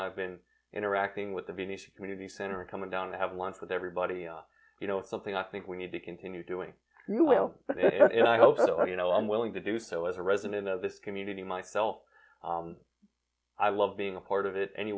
i've been interacting with the venetian community center coming down to have lunch with everybody you know something i think we need to continue doing well but i hope you know i'm willing to do so as a resident of this community myself i love being a part of it any